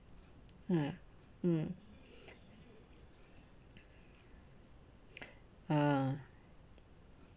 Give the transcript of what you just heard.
mm mm uh